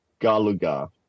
Galuga